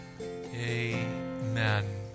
Amen